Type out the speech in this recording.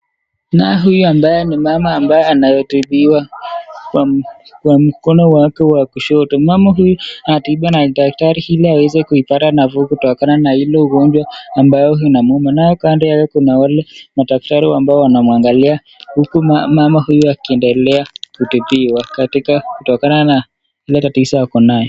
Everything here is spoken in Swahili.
Na huyu ambaye ni mama anayetibiwa kwa mkono wake wa kushoto. Mama huyu anatibiwa na daktari ili aweze kupata nafuu kutokana na ile ugonjwa ambayo inamuuma. Nayo kando yaku kuna wale madaktari ambao wanamwangalia huku mama huyu akiendelea kutibiwa kutokana na ile tatizo ako nayo.